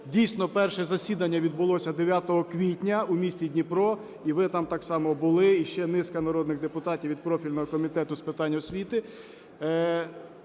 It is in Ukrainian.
Дійсно, перше засідання відбулося 9 квітня у місті Дніпро, і ви там так само були, і ще низка народних депутатів від профільного Комітету з питань освіти.